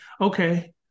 Okay